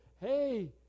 Hey